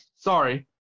Sorry